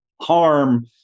harm